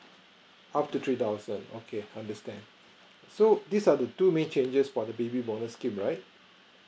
up to three thousand okay understand so these are the two main changes for the baby bonus scheme right